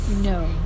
No